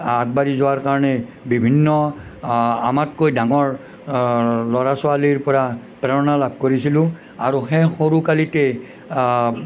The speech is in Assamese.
আগবাঢ়ি যোৱাৰ কাৰণে বিভিন্ন আমাতকৈ ডাঙৰ ল'ৰা ছোৱালীৰ পৰা প্ৰেৰণা লাভ কৰিছিলোঁ আৰু সেই সৰুকালিতে